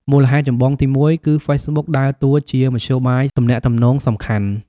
មូលហេតុចម្បងទីមួយ គឺហ្វេសប៊ុកដើរតួជា មធ្យោបាយទំនាក់ទំនងសំខាន់។